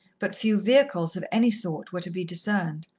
but few vehicles of any sort were to be discerned.